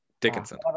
Dickinson